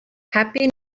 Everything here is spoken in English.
happy